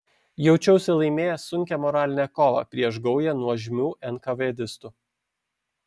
jaučiausi laimėjęs sunkią moralinę kovą prieš gaują nuožmių enkavėdistų